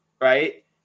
right